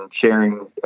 sharing